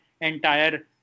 entire